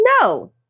No